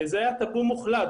זה היה טאבו מוחלט,